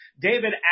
David